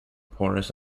porous